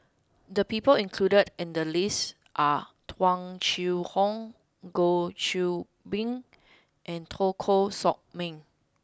the people included in the list are Tung Chye Hong Goh Qiu Bin and Teo Koh Sock Miang